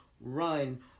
run